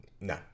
No